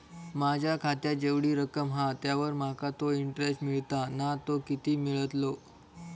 माझ्या खात्यात जेवढी रक्कम हा त्यावर माका तो इंटरेस्ट मिळता ना तो किती मिळतलो?